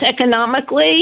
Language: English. economically